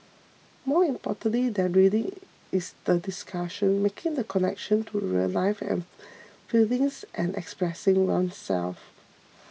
more important than reading is the discussion making the connections to real life and feelings and expressing oneself